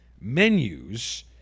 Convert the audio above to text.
menus